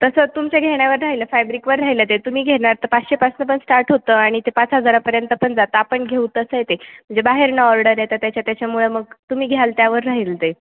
तसं तुमच्या घेण्यावर राहिलं फॅब्रिकवर राहिलं ते तुम्ही घेणार तर पाचशेपासून पण स्टार्ट होतं आणि ते पाच हजारापर्यंत पण जातं आपण घेऊ तसं आहे ते म्हणजे बाहेरून ऑर्डर येतं त्याच्या त्याच्यामुळे मग तुम्ही घ्याल त्यावर राहील ते